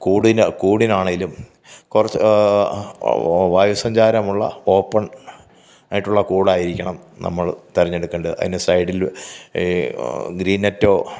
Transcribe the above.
കൂടിന് കൂടിനാണേലും കുറച്ച് വായുസഞ്ചാരമുള്ള ഓപ്പൺ ആയിട്ടുള്ള കൂടായിരിക്കണം നമ്മൾ തെരഞ്ഞെടുക്കേണ്ടത് അതിൻ്റെ സൈഡില് ഗ്രീനെറ്റോ